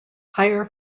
higher